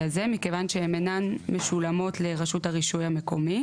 הזה מכיוון שהן אינן משולמות לרשות הרישוי המקומי.